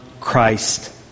Christ